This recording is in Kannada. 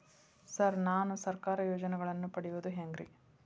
ಸರ್ ನಾನು ಸರ್ಕಾರ ಯೋಜೆನೆಗಳನ್ನು ಪಡೆಯುವುದು ಹೆಂಗ್ರಿ?